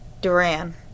Duran